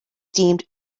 deemed